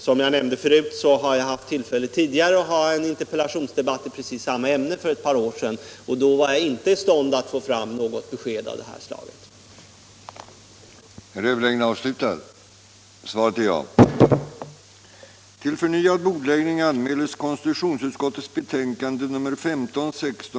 Som jag förut nämnde hade jag för ett par år sedan en interpellationsdebatt i precis samma ämne, och då kunde jag inte Nr 44 få fram något besked av det här slaget. Måndagen den